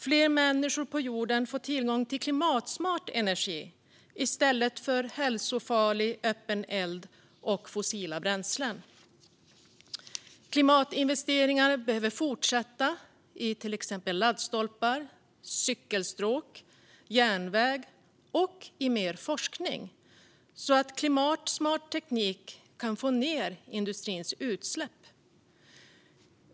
Fler människor på jorden får tillgång till klimatsmart energi i stället för hälsofarlig öppen eld och fossila bränslen. Klimatinvesteringarna behöver fortsätta. Det handlar till exempel om laddstolpar, cykelstråk, järnväg och mer forskning, så att klimatsmart teknik kan få ned industrins utsläpp.